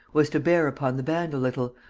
was to bear upon the band a little,